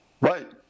Right